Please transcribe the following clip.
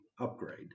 upgrade